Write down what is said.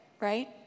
right